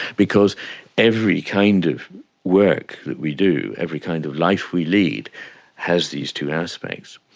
because every kind of work that we do, every kind of life we lead has these two aspects.